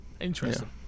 interesting